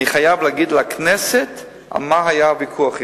אני חייב להגיד לכנסת על מה היה הוויכוח אתו.